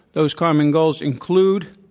those common goals include